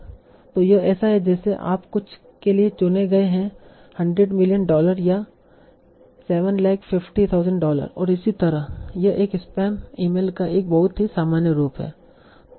तो यह ऐसा है जैसे आप कुछ के लिए चुने गए हैं 100 मिलियन डॉलर या 750000 डॉलर और इसी तरह यह एक स्पैम ईमेल का एक बहुत ही सामान्य रूप है